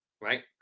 right